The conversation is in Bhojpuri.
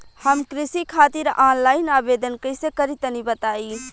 हम कृषि खातिर आनलाइन आवेदन कइसे करि तनि बताई?